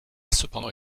cependant